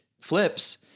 flips